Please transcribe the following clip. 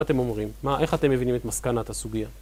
מה אתם אומרים? מה, איך אתם מבינים את מסקנת הסוגיה?